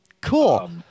Cool